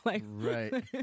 Right